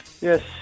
Yes